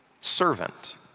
servant